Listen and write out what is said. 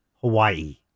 Hawaii